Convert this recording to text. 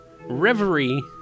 Reverie